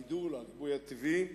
הגידול, הריבוי הטבעי,